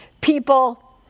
people